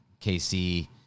KC